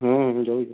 ହୁଁ ମୁଁ ଦେଉଛେଁ